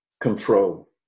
control